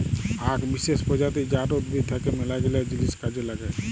আক বিসেস প্রজাতি জাট উদ্ভিদ থাক্যে মেলাগিলা জিনিস কাজে লাগে